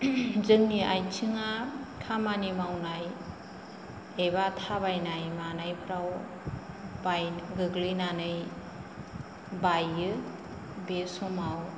जोंनि आइथिंआ खामानि मावनाय एबा थाबायनाय मानायफ्राव बाइ गोग्लैनानै बाइयो बे समाव